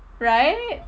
right